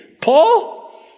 Paul